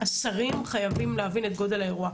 השרים חייבים להבין את גודל האירוע.